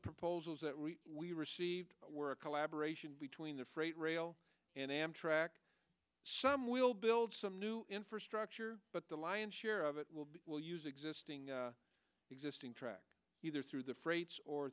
proposals that we received were a collaboration between the freight rail and amtrak some will build some new infrastructure but the lion's share of it will be will use existing existing tracks either through the freight or